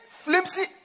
flimsy